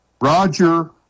Roger